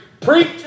Preach